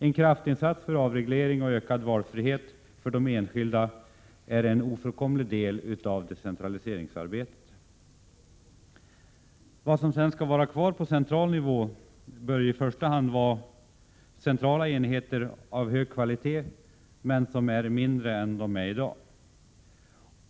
En kraftinsats för avreglering och ökad valfrihet för de enskilda är en ofrånkomlig del av decentraliseringsarbetet. På central nivå bör i första hand vara kvar centrala enheter av hög kvalitet men mindre än de är i dag.